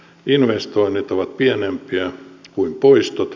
investoinnit ovat pienempiä kuin poistot